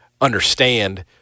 understand